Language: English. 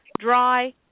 dry